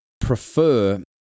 prefer